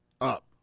up